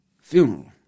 funeral